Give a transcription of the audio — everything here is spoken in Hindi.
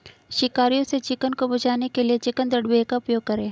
शिकारियों से चिकन को बचाने के लिए चिकन दड़बे का उपयोग करें